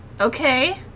Okay